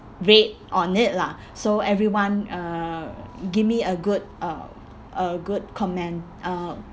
rate on it lah so everyone uh give me a good uh a good comment uh